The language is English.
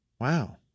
Wow